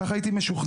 ככה הייתי משוכנע.